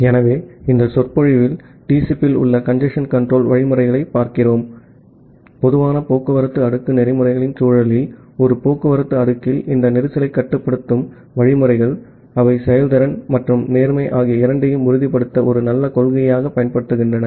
ஆகவே இந்த சொற்பொழிவில் TCP இல் உள்ள கஞ்சேஸ்ன் கன்ட்ரோல் புரோட்டோகால்களைப் மற்றும் பொதுவான டிரான்ஸ்போர்ட் லேயர் புரோட்டோகால்களின் சூழலில் பார்க்கிறோம் ஒரு டிரான்ஸ்போர்ட் லேயரில் இந்த கஞ்சேஸ்ன் கட்டுப்படுத்தும் புரோட்டோகால்கள் அவை செயல்திறன் மற்றும் நேர்மை ஆகிய இரண்டையும் உறுதிப்படுத்த ஒரு நல்ல கொள்கையைப் பயன்படுத்துகின்றன